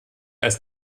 als